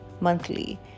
monthly